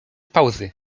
pauzy